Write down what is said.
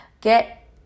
Get